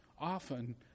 often